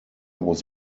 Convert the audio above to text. was